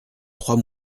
trois